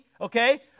okay